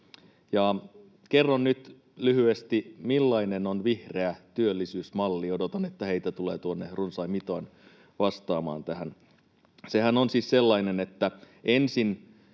Kerron nyt lyhyesti, millainen on vihreä työllisyysmalli — odotan, että heitä tulee runsain mitoin vastaamaan tähän. Sehän on siis sellainen, että ensin